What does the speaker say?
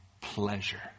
pleasure